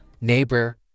neighbor